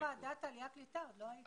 יו"ר ועדת העלייה והקליטה עוד לא היית.